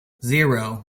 zero